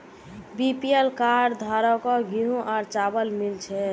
BPL card धारकों गेहूं और चावल मिल छे